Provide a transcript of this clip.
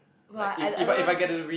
!wah! I don't I don't like it